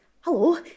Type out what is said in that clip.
Hello